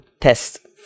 test